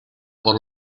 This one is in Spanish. por